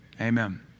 Amen